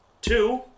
Two